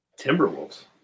Timberwolves